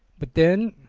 but then,